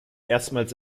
erstmals